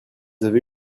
avez